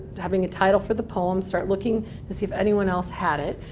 having a title for the poem, start looking to see if anyone else had it.